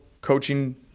coaching